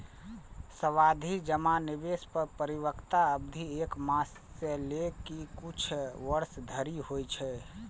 सावाधि जमा निवेश मे परिपक्वता अवधि एक मास सं लए के किछु वर्ष धरि होइ छै